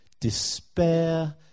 despair